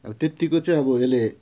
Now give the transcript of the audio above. अब त्यतिको चाहिँ अब यसले